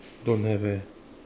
don't have eh